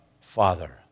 Father